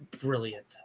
brilliant